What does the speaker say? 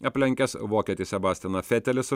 aplenkęs vokietį sebastianą fetelį su